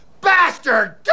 bastard